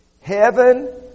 heaven